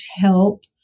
help